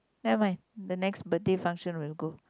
never mind the next birthday function we'll go